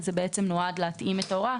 זה בעצם נועד להתאים את ההוראה,